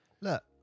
Look